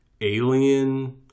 Alien